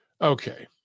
Okay